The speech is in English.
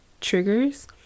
triggers